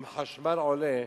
אם מחיר החשמל עולה,